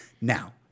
Now